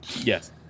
Yes